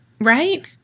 Right